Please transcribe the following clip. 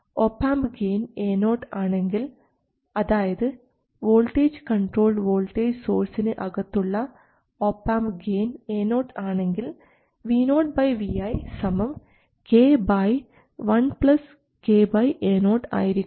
op amp gain Ao ആണെങ്കിൽ അതായത് voltage controlled voltage സോഴ്സിന് അകത്തുള്ള ഒപാംപ് ഗെയിൻ Ao ആണെങ്കിൽ VoVi സമം k1 k Ao ആയിരിക്കും